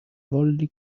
volli